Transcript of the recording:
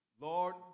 Lord